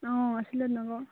অঁ আছিলে